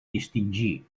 distingir